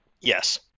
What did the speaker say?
Yes